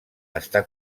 està